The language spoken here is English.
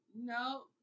No